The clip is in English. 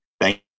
Thank